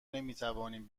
نمیتوانیم